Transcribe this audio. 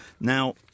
Now